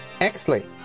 excellent